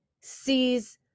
sees